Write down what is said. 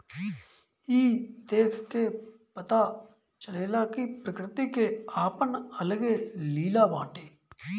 ई देख के पता चलेला कि प्रकृति के आपन अलगे लीला बाटे